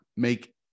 Make